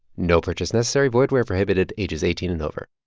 no purchase necessary, void where prohibited, ages eighteen and over.